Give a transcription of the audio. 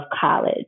college